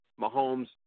Mahomes